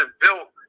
built